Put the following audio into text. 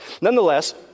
Nonetheless—